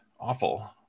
awful